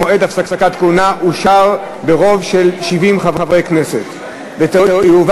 (מועד הפסקת כהונה) אושרה ברוב של 70 חברי כנסת ותועבר